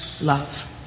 love